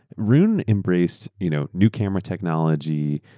roone embraced you know new camera technology,